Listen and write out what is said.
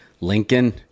Lincoln